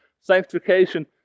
sanctification